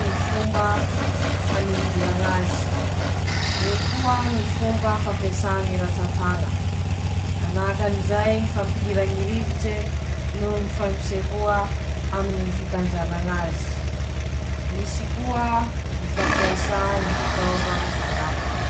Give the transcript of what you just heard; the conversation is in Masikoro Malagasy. ñy fomba fampiasa ñ'azy kirairaiky: -Misy ñy tournevisy posidrive, ampiasa aminy ñy visy posidrive; -Misy ñy tournevisy filipse, ampiasa aminy ñy visy filipse<ptoa>; -Misy ñy tournevisy toroy, ampiasa aminy ñy visy torex; -Misy ñy tournevisy flintedy, ampiasa aminy ñy visy misy loha raiky.